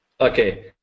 okay